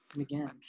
Again